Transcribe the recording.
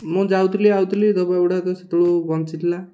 ମୁଁ ଯାଉଥିଲି ଆସୁଥିଲି ଧୋବା ବୁଢ଼ା ସେତେବେଳୁ ବଞ୍ଚିଥିଲା